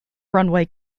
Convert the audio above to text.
runway